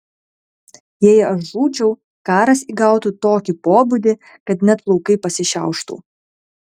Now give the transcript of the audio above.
jei aš žūčiau karas įgautų tokį pobūdį kad net plaukai pasišiauštų